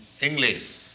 English